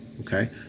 okay